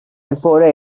before